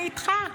אני איתך,